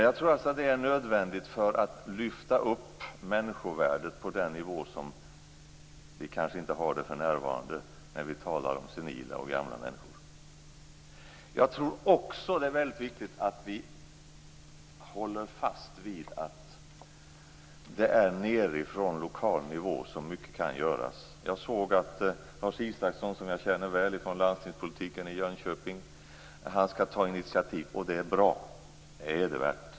Jag tror att det är nödvändigt för att lyfta upp människovärdet på en nivå som det kanske inte befinner sig på för närvarande när vi talar om senila och gamla människor. Jag tror också att det är väldigt viktigt att vi håller fast vid att det är nedifrån lokal nivå som mycket kan göras. Jag såg att Lars Isaksson, som jag känner väl från landstingspolitiken i Jönköping, skall ta initiativ. Det är bra. Det är hedervärt.